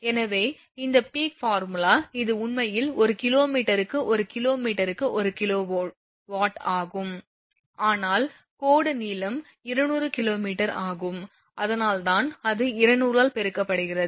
எனவே இந்த peak formula இது உண்மையில் ஒரு கிலோமீட்டருக்கு ஒரு கிலோமீட்டருக்கு ஒரு கிலோவாட் ஆகும் ஆனால் கோடு நீளம் 200 கிமீ ஆகும் அதனால்தான் அது 200 ஆல் பெருக்கப்படுகிறது